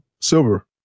Silver